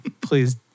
please